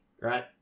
right